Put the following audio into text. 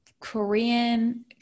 Korean